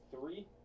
three